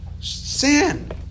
Sin